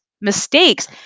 mistakes